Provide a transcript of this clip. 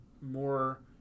more